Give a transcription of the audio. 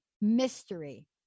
mystery